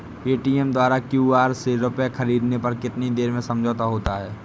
Paytm द्वारा QR से रूपए ख़रीदने पर कितनी देर में समझौता होता है?